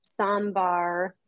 Sambar